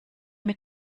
mit